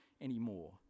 anymore